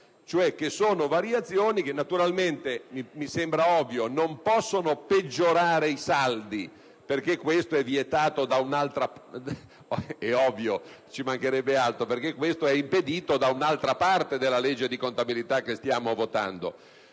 sono variazioni compensative, anche se mi sembra ovvio che non possono peggiorare i saldi, perché ciò è impedito da un'altra parte della legge di contabilità che stiamo votando.